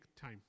time